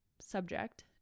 subject